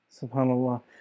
SubhanAllah